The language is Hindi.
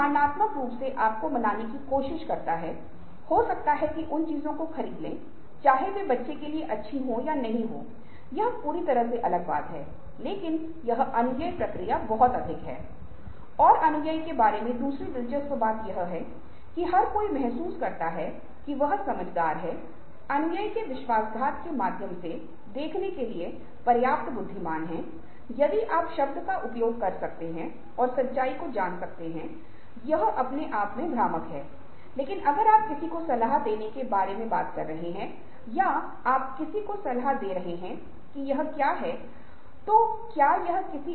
और भावनात्मक दक्षताओं के होने के कारण आप आसानी से प्रतिकूल परिस्थितियों से पीछे हट जाएंगे और आगर आप कुछ कार्यों में असफल हो जाते हैं या नौकरियों में असफल हो जाते हैं या परीक्षा में असफल हो जाते हैं तो आप निराश महसूस नहीं करेंगे और आपके पास लचीलापन होगा आपके पास उछाल की क्षमता और लड़ाई की क्षमता होगी ताकि आपको स्थिति का पता चल जाए